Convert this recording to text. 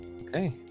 okay